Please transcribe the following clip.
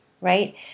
right